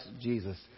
Jesus